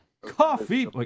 Coffee